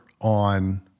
on